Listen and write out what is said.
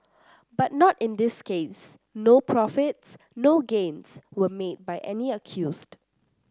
but not in this case no profits no gains was made by any accused